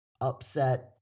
upset